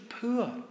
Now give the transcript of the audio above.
poor